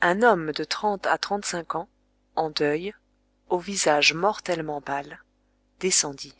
un homme de trente à trente-cinq ans en deuil au visage mortellement pâle descendit